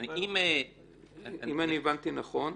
אם אני הבנתי נכון,